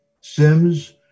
Sims